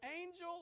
angel